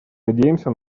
надеемся